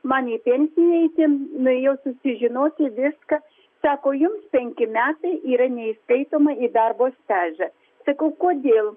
man į pensiją eiti nuėjau susižinoti viską sako jums penki metai yra neįskaitoma į darbo stažą sakau kodėl